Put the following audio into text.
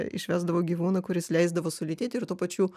išvesdavo gyvūną kuris leisdavo sulėtėti ir tuo pačiu